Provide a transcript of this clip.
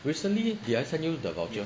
recently the I send you the voucher